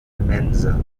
mensa